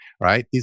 right